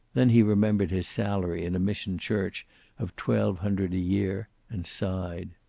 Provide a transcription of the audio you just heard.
then he remembered his salary in a mission church of twelve hundred a year, and sighed.